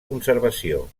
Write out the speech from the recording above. conservació